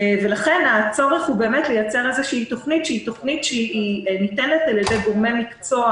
לכן הצורך הוא באמת לייצר איזו תוכנית שניתנת על ידי גורמי מקצוע